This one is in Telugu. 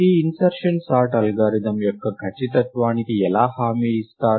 ఈ ఇన్సర్షన్ సార్ట్ అల్గోరిథం యొక్క ఖచ్చితత్వానికి ఎలా హామీ ఇస్తారు